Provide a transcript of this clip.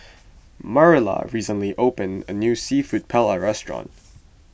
Marilla recently opened a new Seafood Paella restaurant